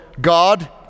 God